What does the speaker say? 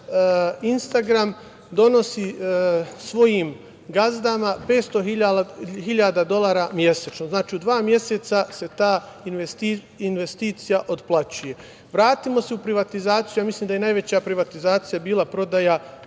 Instagram donosi svojim gazdama 500.000 dolara mesečno. Znači, u dva meseca se ta investicija otplaćuje. Vratimo se u privatizaciju. Mislim da je najveća privatizacija bila prodaja